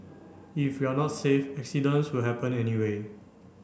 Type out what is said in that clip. if you're not safe accidents will happen anyway